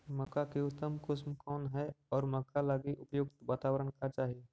मक्का की उतम किस्म कौन है और मक्का लागि उपयुक्त बाताबरण का चाही?